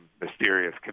mysterious